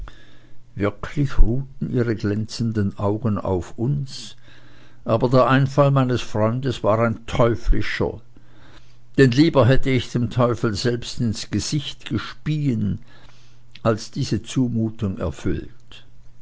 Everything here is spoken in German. wirklich ruhten ihre glänzenden augen auf uns aber der einfall meines freundes war ein teuflischer denn lieber hätte ich dem teufel selbst ins gesicht gespieen als diese zumutung erfüllt